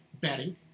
betting